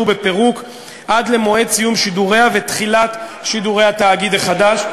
בפירוק עד למועד סיום שידוריה ותחילת שידורי התאגיד החדש.